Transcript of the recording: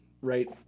right